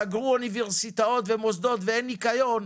כי סגרו את המוסדות שבהם הם הועסקו.